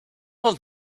all